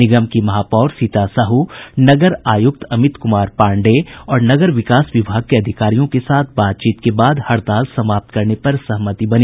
निगम की महापौर सीता साहू नगर आयुक्त अमित कुमार पांडेय और नगर विकास विभाग के अधिकारियों के साथ बातचीत के बाद हड़ताल समाप्त करने पर सहमति हुई